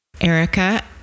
Erica